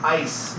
ice